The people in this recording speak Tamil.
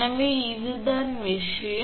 எனவே இதுதான் விஷயம்